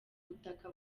butaka